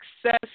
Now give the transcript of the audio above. success